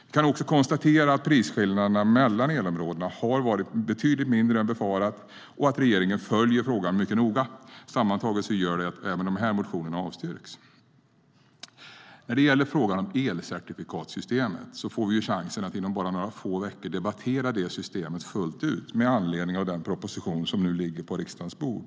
Vi kan också konstatera att prisskillnaderna mellan elområdena varit betydligt mindre än befarat och att regeringen följer frågan noga. Sammantaget gör det att även dessa motioner avstyrks. När det gäller frågan om elcertifikatssystemet får vi chansen att inom bara några veckor debattera det systemet fullt ut med anledning av den proposition som nu ligger på riksdagens bord.